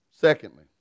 Secondly